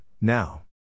now